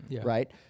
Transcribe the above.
right